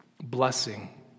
blessing